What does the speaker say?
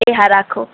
એ હા રાખું